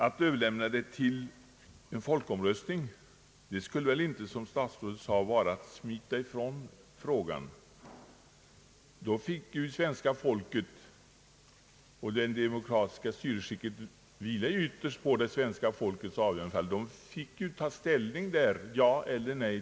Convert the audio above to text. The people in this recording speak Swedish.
Att överlämna frågan till en folkomröstning skulle väl inte, som statsrådet sade, vara att smita ifrån den. Då fick svenska folket — det demokratiskt styrelsesättet vilar ju ytterst på folkets avgörande — ta ställning till frågan: ja eller nej.